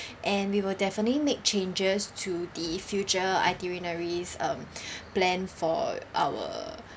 and we will definitely make changes to the future itineraries um planned for our